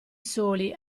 soli